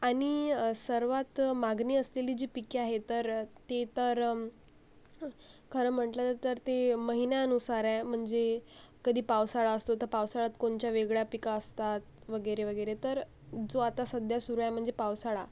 आनि सर्वात मागनी असलेली जी पिके आहे तर ते तर खरं म्हंटलं तर ते महिन्यानुसार आय मनजे कदी पावसाळा असतो तं पावसाळात कोनच्या वेगळ्या पिका असतात वगेरे वगेरे तर जो आता सद्या सुरू आय मनजे पावसाळा